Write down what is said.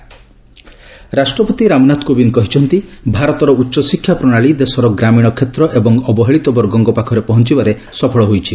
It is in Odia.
ପ୍ରେଜ୍ ହାୟର ଏଜୁକେସନ୍ ରାଷ୍ଟ୍ରପତି ରାମନାଥ କୋବିନ୍ଦ କହିଛନ୍ତି ଭାରତର ଉଚ୍ଚଶିକ୍ଷା ପ୍ରଣାଳୀ ଦେଶର ଗ୍ରାମୀଣ କ୍ଷେତ୍ର ଏବଂ ଅବହେଳିତ ବର୍ଗଙ୍କ ପାଖରେ ପହଞ୍ଚିବାରେ ସଫଳ ହୋଇଛି